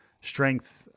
strength